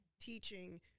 teaching